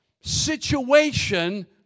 situation